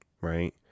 right